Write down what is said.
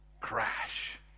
Crash